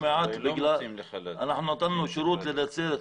אנחנו נתנו שירות לנצרת.